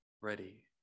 ready